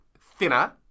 thinner